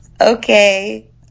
okay